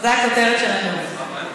זו הכותרת של הנאום.